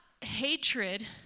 hatred